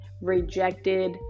Rejected